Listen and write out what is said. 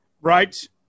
Right